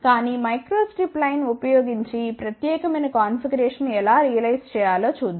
కానీ micro strip line ఉపయోగించి ఈ ప్రత్యేకమైన కాన్ఫిగరేషన్ను ఎలా రియలైజ్ చేయాలో చూద్దాం